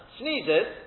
sneezes